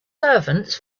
servants